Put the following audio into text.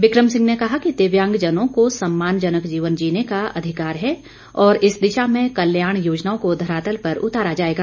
बिक्रम सिंह ने कहा कि दिव्यांगजनों को सम्मानजनक जीवन जीने का अधिकार है और इस दिशा में कल्याण योजनाओं को धरातल पर उतारा जाएगा